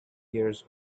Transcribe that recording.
years